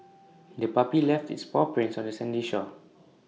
the puppy left its paw prints on the sandy shore